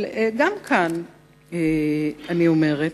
אבל גם כאן אני אומרת: